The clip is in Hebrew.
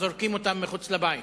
מחוץ לבית